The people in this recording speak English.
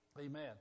Amen